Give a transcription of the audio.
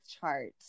chart